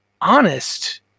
honest